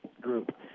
group